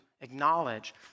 acknowledge